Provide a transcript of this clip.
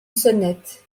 sonnette